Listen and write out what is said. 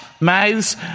mouths